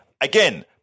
Again